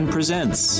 Presents